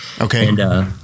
Okay